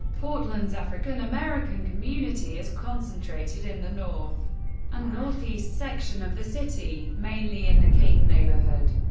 portland's african-american community is concentrated in the north and northeast section of the city, mainly in the king neighborhood.